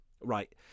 Right